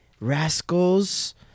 Rascals